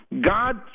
God